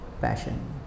passion